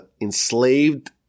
enslaved